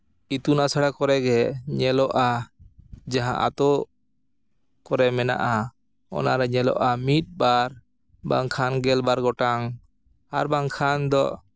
ᱤᱛᱩᱱ ᱟᱥᱲᱟ ᱠᱚᱨᱮᱜᱮ ᱧᱮᱞᱚᱜᱼᱟ ᱡᱟᱦᱟᱸ ᱟᱹᱛᱩ ᱠᱚᱨᱮ ᱢᱮᱱᱟᱜᱼᱟ ᱚᱱᱟᱨᱮ ᱧᱮᱞᱚᱜᱼᱟ ᱢᱤᱫ ᱵᱟᱨ ᱵᱟᱝᱠᱷᱟᱱ ᱜᱮᱞᱵᱟᱨ ᱜᱚᱴᱟᱝ ᱟᱨ ᱵᱟᱝᱠᱷᱟᱱ ᱫᱚ